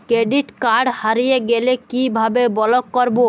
Credit card হারিয়ে গেলে কি ভাবে ব্লক করবো?